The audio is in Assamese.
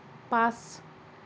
পাঁচ